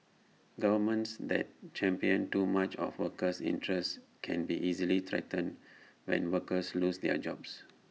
governments that champion too much of workers' interests can be easily threatened when workers lose their jobs